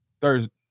thursday